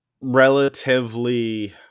relatively